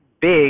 big